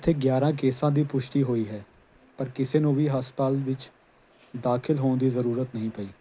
ਇੱਥੇ ਗਿਆਰਾਂ ਕੇਸਾਂ ਦੀ ਪੁਸ਼ਟੀ ਹੋਈ ਹੈ ਪਰ ਕਿਸੇ ਨੂੰ ਵੀ ਹਸਪਤਾਲ ਵਿੱਚ ਦਾਖਲ ਹੋਣ ਦੀ ਜ਼ਰੂਰਤ ਨਹੀਂ ਪਈ